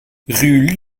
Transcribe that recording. rue